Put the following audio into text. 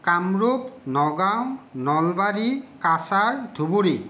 Kamrup Nagaon Nalbari Cachar Dhubri